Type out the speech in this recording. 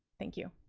thank you.